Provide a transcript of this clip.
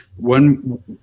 One